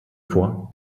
vor